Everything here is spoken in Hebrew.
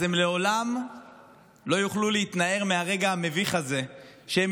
אז הם לעולם לא יוכלו להתנער מהרגע המביך הזה שהם